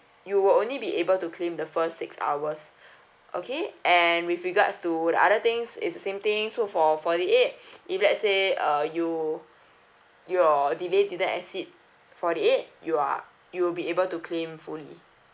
you will only be able to claim the first six hours okay and with regards to would other things is the same thing so for forty eight if let's say uh you your delay didn't exceed forty eight you are you'll be able to claim fully